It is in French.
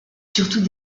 surtout